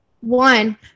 one